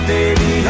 Baby